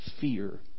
fear